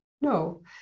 no